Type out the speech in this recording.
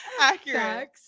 Accurate